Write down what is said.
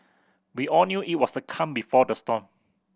we all knew it was the calm before the storm